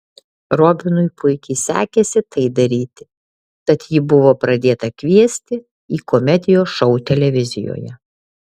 robinui puikiai sekėsi tai daryti tad jį buvo pradėta kviesti į komedijos šou televizijoje